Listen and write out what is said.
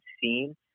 seen